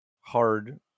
hard